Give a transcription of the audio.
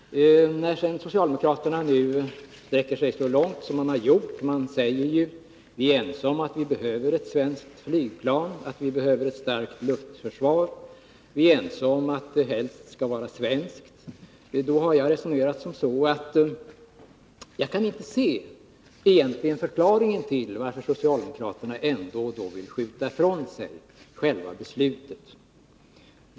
Nu sträcker sig socialdemokraterna så långt att de säger att vi är ense om att vi behöver ett starkt luftförsvar och ett svenskt flygplan. Då kan jag egentligen inte finna förklaringen till att socialdemokraterna ändå vill skjuta beslutet ifrån sig.